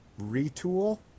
retool